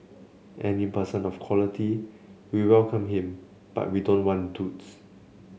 any person of quality we welcome him but we don't want duds